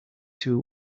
two